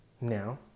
Now